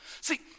See